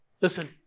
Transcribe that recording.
Listen